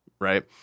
right